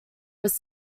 was